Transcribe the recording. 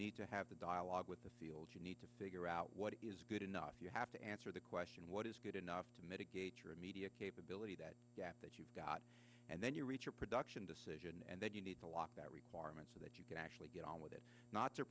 need to have a dialogue with the seals you need to figure out what is good enough you have to answer the question what is good enough to mitigate your immediate capability that gap that you've got and then you reach a production decision and then you need to lock that requirement so that you can actually get on with it not t